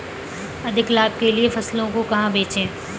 अधिक लाभ के लिए फसलों को कहाँ बेचें?